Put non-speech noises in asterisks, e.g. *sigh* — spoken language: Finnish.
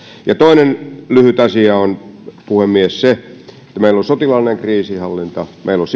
toinen lyhyt asia on puhemies se että kun meillä on sotilaallinen kriisinhallinta meillä on *unintelligible*